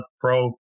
pro